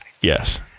Yes